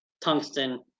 tungsten